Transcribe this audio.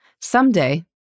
Someday